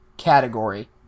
category